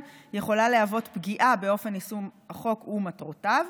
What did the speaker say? יכולה להוות פגיעה באופן יישום החוק ומטרותיו,